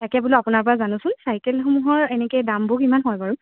তাকে বোলো আপোনাৰ পৰা জানোচোন চাইকেলসমূহৰ এনেকৈ দামবোৰো কিমান হয় বাৰু